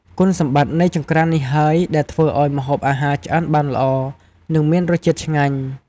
គុណសម្បត្តិនៃចង្ក្រាននេះហើយដែលធ្វើឱ្យម្ហូបអាហារឆ្អិនបានល្អ និងមានរសជាតិឆ្ងាញ់។